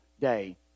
day